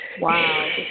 wow